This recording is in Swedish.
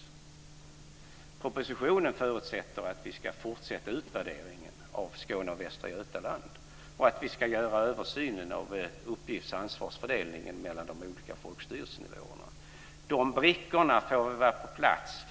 I propositionen förutsätts att vi ska fortsätta utvärderingen av Skåne och Västra Götaland och att vi ska göra en översyn av uppgifts och ansvarsfördelningen mellan de olika folkstyrelsenivåerna. Dessa brickor får först vara på plats